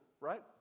right